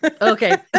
okay